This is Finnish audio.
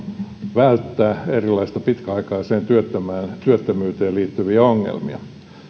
välttää erilaisia pitkäaikaiseen työttömyyteen liittyviä ongelmia